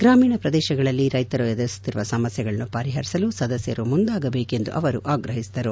ಗ್ರಾಮೀಣ ಪ್ರದೇಶಗಳಲ್ಲಿ ರೈತರು ಎದುರಿಸುತ್ತಿರುವ ಸಮಸ್ಲೆಗಳನ್ನು ಪರಿಹರಿಸಲು ಸದಸ್ಲರು ಮುಂದಾಗಬೇಕು ಎಂದು ಅವರು ಆಗ್ರಹಿಸಿದರು